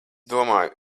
domāju